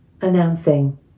Announcing